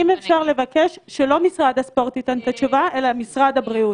אם אפשר לבקש שלא משרד הספורט ייתן את התשובה אלא משרד הבריאות,